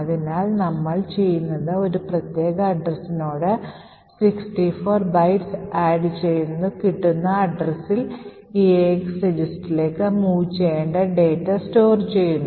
അതിനാൽ നമ്മൾ ചെയ്യുന്നത് ഒരു പ്രത്യേക addressനോട് 64 bytes add ചെയ്തു കിട്ടുന്ന അഡ്രസ്സിൽ eax രജിസ്റ്ററിലേക്ക് move ചെയ്യേണ്ട ഡാറ്റ store ചെയ്യുന്നു